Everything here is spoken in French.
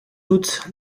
doute